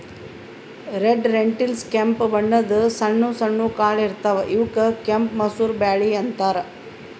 red lentils ಕೆಂಪ್ ಬಣ್ಣದ್ ಸಣ್ಣ ಸಣ್ಣು ಕಾಳ್ ಇರ್ತವ್ ಇವಕ್ಕ್ ಕೆಂಪ್ ಮಸೂರ್ ಬ್ಯಾಳಿ ಅಂತಾರ್